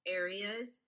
areas